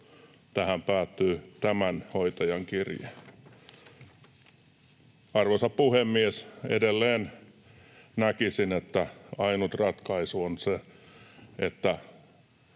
Tähän päättyy tämän hoitajan kirje. Arvoisa puhemies, edelleen näkisin, että ainut ratkaisu on se, että